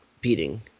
beating